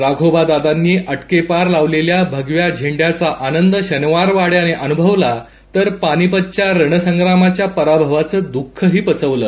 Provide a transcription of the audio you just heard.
राघोबादादांनी अटकेपार लावलेल्या भगव्या झेंड्याचा आनंद शनिवारवाड्याने अनुभवला तर पानिपतच्या रणसंप्रामच्या पराभवाचं दुःखही पचवलं